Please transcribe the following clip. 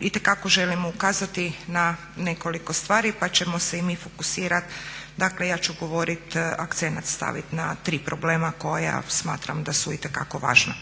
itekako želimo ukazati na nekoliko stvari pa ćemo se i mi fokusirati, dakle ja ću govorit, akcent stavit na tri problema koja smatram da su itekako važna.